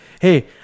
hey